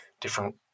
different